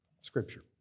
scripture